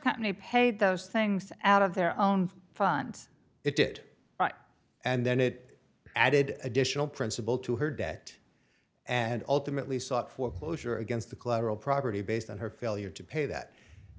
company paid those things out of their own funds it did and then it added additional principal to her debt and ultimately sought foreclosure against the collateral property based on her failure to pay that